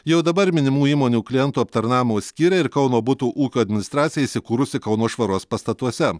jau dabar minimų įmonių klientų aptarnavimo skyriai ir kauno butų ūkio administracija įsikūrusi kauno švaros pastatuose